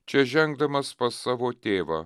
čia žengdamas pas savo tėvą